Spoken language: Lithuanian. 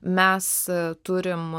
mes turim